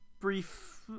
Brief